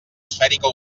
esfèrica